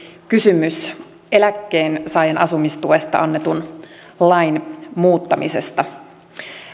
kysymys eläkkeensaajan asumistuesta annetun lain muuttamisesta